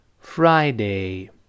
Friday